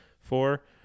four